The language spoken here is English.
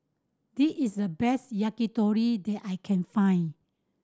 this is the best Yakitori that I can find